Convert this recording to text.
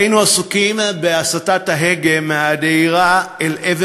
היינו עסוקים בהסטת ההגה מהדהירה אל עבר